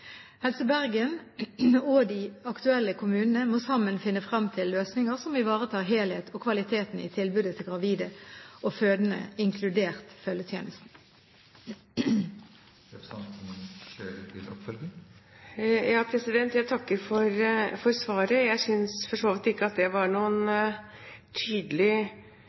og de aktuelle kommunene må sammen finne frem til løsninger som ivaretar helheten og kvaliteten i tilbudet til gravide og fødende, inkludert følgetjenesten. Jeg takker for svaret. Jeg synes for så vidt ikke at det var noen tydelig